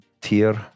tier